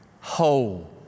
Whole